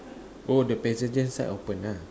oh the passenger side open ah